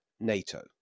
NATO